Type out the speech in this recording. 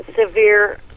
severe